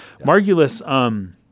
Margulis